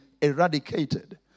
eradicated